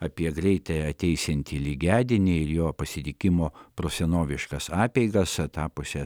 apie greitai ateisiantį lygiadienį ir jo pasilikimo pro senoviškas apeigas etapuose